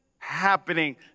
happening